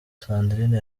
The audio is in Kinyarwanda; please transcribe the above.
sandrine